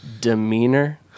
Demeanor